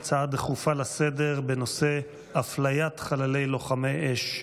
הצעות לסדר-היום בנושא: אפליית חללי לוחמי האש.